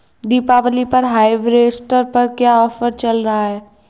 दीपावली पर हार्वेस्टर पर क्या ऑफर चल रहा है?